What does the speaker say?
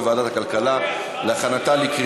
לוועדת הכלכלה נתקבלה.